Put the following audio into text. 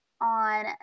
on